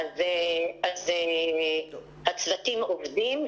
הצוותים עובדים,